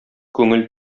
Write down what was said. күңел